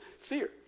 Fear